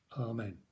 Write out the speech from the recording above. Amen